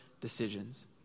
decisions